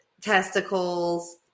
testicles